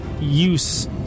use